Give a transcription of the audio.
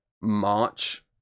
March